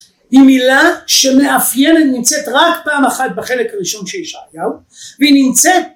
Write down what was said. היא מילה שמאפיינת נמצאת רק פעם אחת בחלק הראשון של ישעיהו, והיא נמצאת